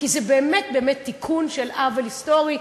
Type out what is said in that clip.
כי זה באמת באמת תיקון של עוול היסטורי.